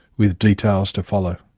with details to follow.